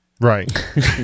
Right